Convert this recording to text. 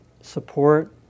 support